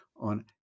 on